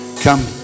Come